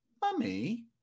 Mummy